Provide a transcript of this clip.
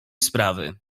sprawy